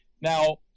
now